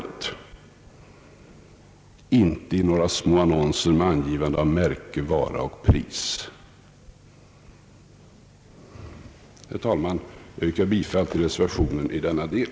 Det ligger inte i några små annonser med angivande av märke, vara och pris. Jag yrkar bifall till reservation nr 1 i denna del.